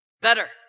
Better